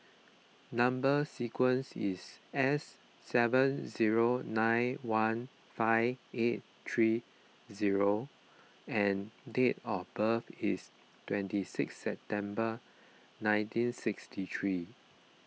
Number Sequence is S seven zero nine one five eight three zero and date of birth is twenty six September nineteen sixty three